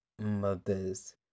mothers